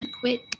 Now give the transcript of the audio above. quit